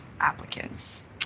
applicants